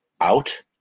out